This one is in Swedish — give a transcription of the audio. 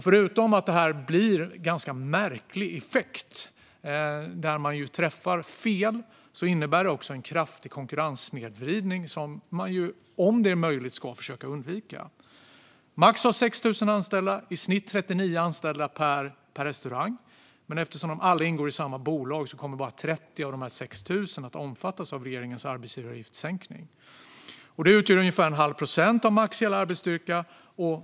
Förutom att detta blir en ganska märklig effekt, där man träffar fel, innebär det också en kraftig konkurrenssnedvridning som man, om det är möjligt, ska försöka undvika. Max har 6 000 anställda, i snitt 39 anställda per restaurang. Men eftersom de alla ingår i samma bolag kommer bara 30 av dessa 6 000 att omfattas av regeringens arbetsgivaravgiftssänkning. Det utgör ungefär en halv procent av Max hela arbetsstyrka.